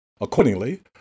Accordingly